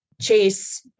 chase